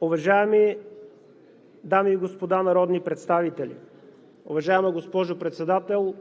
Уважаеми дами и господа народни представители, уважаема госпожо Председател!